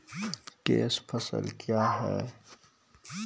Cash फसल क्या हैं?